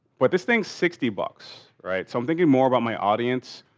but this thing's sixty bucks, right? so i'm thinking more about my audience.